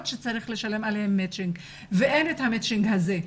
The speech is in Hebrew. שצריך לשלם עליהן מצ'ינג ואין את המצ'ינג הזה.